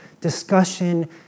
discussion